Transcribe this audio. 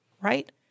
Right